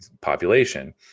population